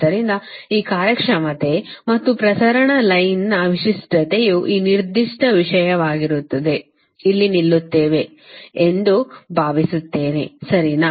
ಆದ್ದರಿಂದ ಈ ಕಾರ್ಯಕ್ಷಮತೆ ಮತ್ತು ಪ್ರಸರಣ ಲೈನ್ನ ವಿಶಿಷ್ಟತೆಯು ಈ ನಿರ್ದಿಷ್ಟ ವಿಷಯವಾಗಿರುತ್ತದೆ ಇಲ್ಲಿ ನಿಲ್ಲುತ್ತೇವೆ ಎಂದು ಭಾವಿಸುತ್ತೇನೆ ಸರಿನಾ